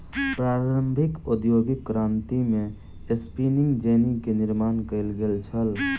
प्रारंभिक औद्योगिक क्रांति में स्पिनिंग जेनी के निर्माण कयल गेल छल